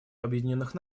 объединенных